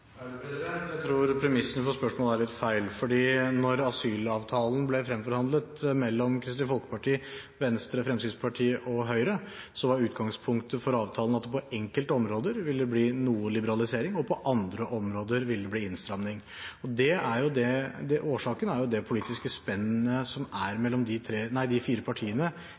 Jeg tror premissene for spørsmålet er litt feil, fordi da asylavtalen ble fremforhandlet mellom Kristelig Folkeparti, Venstre, Fremskrittspartiet og Høyre, var utgangspunktet for avtalen at det på enkelte områder ville bli noe liberalisering, og at det på andre områder ville bli innstramning. Årsaken er jo det politiske spennet som er mellom de fire partiene i dette politiske feltet, på samme måte som